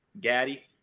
Gaddy